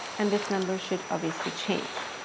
and this number should obviously change.